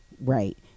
right